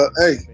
hey